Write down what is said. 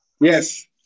Yes